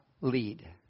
lead